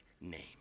name